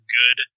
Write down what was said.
good